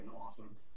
awesome